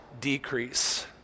decrease